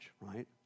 right